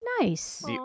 nice